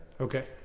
Okay